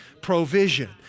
Provision